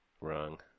Wrong